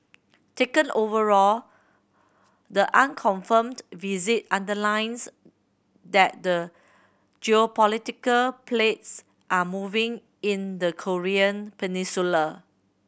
taken overall the unconfirmed visit underlines that the geopolitical plates are moving in the Korean Peninsula